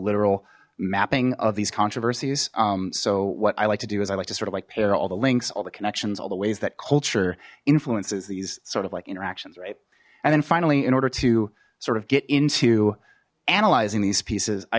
literal mapping of these controversies so what i like to do is i like to sort of like pair all the links all the connections all the ways that culture influences these sort of like interactions right and then finally in order to sort of get into analyzing these pieces i